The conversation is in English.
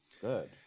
Good